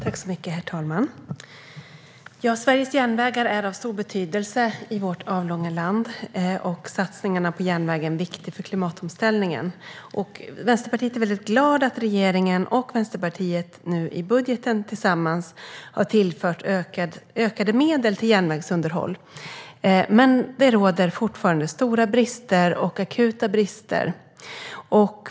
Herr talman! Sveriges järnvägar är av stor betydelse i vårt avlånga land, och satsningarna på järnvägen är viktiga för klimatomställningen. Vi i Vänsterpartiet är väldigt glada över att regeringen och Vänsterpartiet nu i budgeten tillsammans har tillfört ökade medel till järnvägsunderhåll, men det råder fortfarande stora och akuta brister.